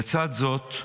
לצד זאת,